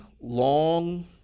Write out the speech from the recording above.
long